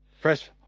press